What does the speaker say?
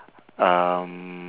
um